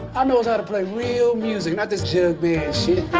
i knows how to play real music, not this jug band shit.